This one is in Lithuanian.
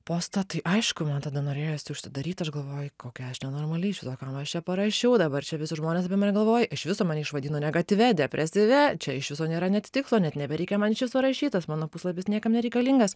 postą tai aišku man tada norėjosi užsidaryt aš galvoju kokia aš nenormali iš viso kam aš čia parašiau dabar čia visi žmonės apie mane galvoja iš viso mane išvadino negatyvia depresyvia čia iš viso nėra net tikslo net nebereikia man iš viso rašyt tas mano puslapis niekam nereikalingas